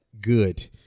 good